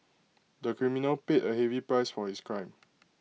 the criminal paid A heavy price for his crime